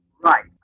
Right